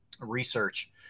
research